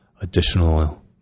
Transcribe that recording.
additional